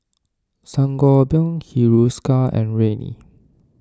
Sangobion Hiruscar and Rene